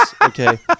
Okay